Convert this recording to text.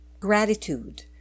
Gratitude